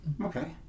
Okay